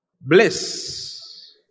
bliss